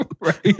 Right